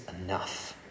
enough